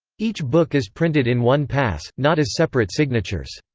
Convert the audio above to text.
each book is printed in one pass, not as separate signatures.